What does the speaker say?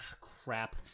Crap